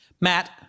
Matt